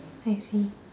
I see